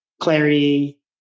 clarity